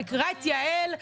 אני מכירה את יעל,